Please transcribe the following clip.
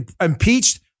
impeached